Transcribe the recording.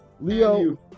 Leo